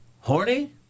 horny